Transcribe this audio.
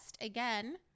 again